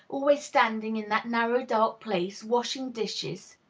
always standing in that narrow dark place, washing dishes.